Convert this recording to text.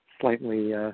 slightly